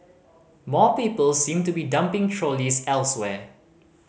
more people seem to be dumping trolleys elsewhere